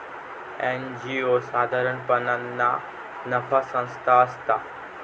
NGO साधारणपणान ना नफा संस्था असता